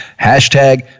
Hashtag